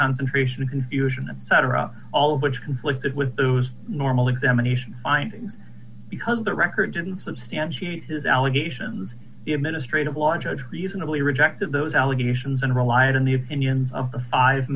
concentration confusion and cetera all of which conflicted with those normal examination findings because the record didn't substantiate his allegations the administrative law judge reasonably rejected those allegations and relied on the opinions of the five